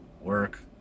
work